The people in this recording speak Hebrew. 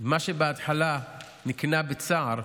מה שבהתחלה נקנה בצער,